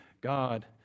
God